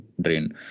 drain